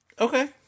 Okay